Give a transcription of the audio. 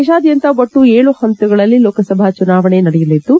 ದೇಶಾದ್ಯಂತ ಒಟ್ಟು ಏಳು ಹಂತಗಳಲ್ಲಿ ಲೋಕಸಭಾ ಚುನಾವಣೆ ನಡೆಯಲಿದ್ದು